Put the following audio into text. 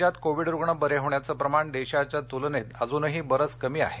राज्यात कोविड रुग्ण बरे होण्याचं प्रमाण देशाच्या तूलनेत अजूनही बरंच कमी आहे